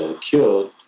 cured